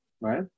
Right